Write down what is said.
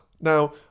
Now